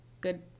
good